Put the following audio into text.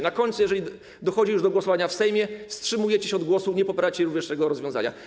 Na końcu, jeżeli dochodzi już do głosowania w Sejmie, wstrzymujecie się od głosu, nie popieracie również tego rozwiązania.